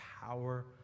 power